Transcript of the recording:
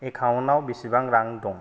एकाउन्टाव बेसेबां रां दं